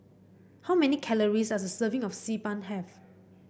how many calories does a serving of Xi Ban have